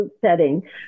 setting